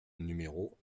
numéro